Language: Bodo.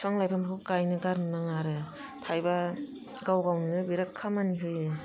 फिफां लाइफांखौ गाइनाे गारनो नाङा आरो थाइबा गाव गावनोनो बिराद खामानि होयो